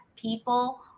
people